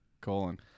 Colon